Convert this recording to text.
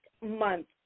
month